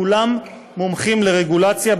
כולם מומחים לרגולציה,